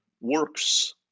works